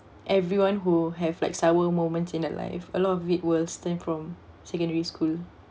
everyone who have like sour moments in their life a lot of it will stem from secondary school